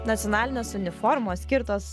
nacionalinės uniformos skirtos